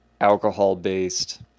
alcohol-based